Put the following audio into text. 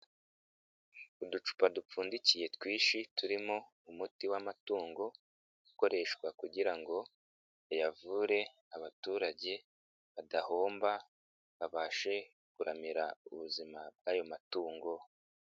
Uducupa dupfundikiye twinshi turimo umuti w'amatungo ukoreshwa kugira ngo ayavure abaturage badahomba, babashe kuramira ubuzima bw'ayo matungo.